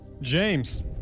James